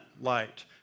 light